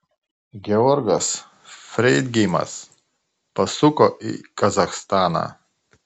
georgas freidgeimas pasuko į kazachstaną